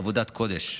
עבודת קודש.